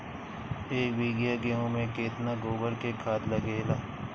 एक बीगहा गेहूं में केतना गोबर के खाद लागेला?